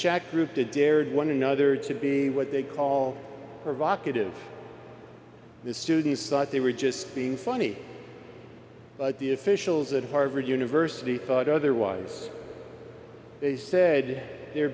chat group to dared one another to be what they call provocative the students thought they were just being funny but the officials at harvard university thought otherwise they said their